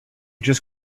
just